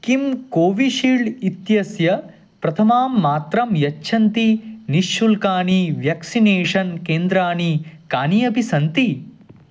किं कोवीशील्ड् इत्यस्य प्रथमां मात्रां यच्छन्ति निश्शुल्कानि व्यक्सिनेषन् केन्द्राणि कानि अपि सन्ति